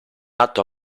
atto